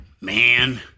Man